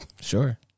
Sure